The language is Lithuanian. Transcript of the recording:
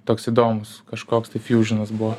toks įdomus kažkoks tai fjūžinas buvo